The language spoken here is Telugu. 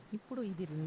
ఇప్పుడు ఇది రింగా